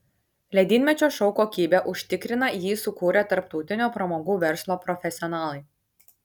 ledynmečio šou kokybę užtikrina jį sukūrę tarptautinio pramogų verslo profesionalai